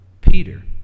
Peter